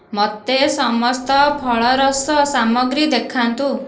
ମୋତେ ସମସ୍ତ ଫଳରସ ସାମଗ୍ରୀ ଦେଖାନ୍ତୁ